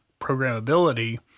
programmability